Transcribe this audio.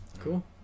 Cool